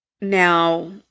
Now